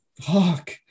Fuck